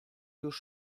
już